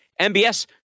MBS